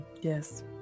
Yes